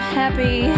happy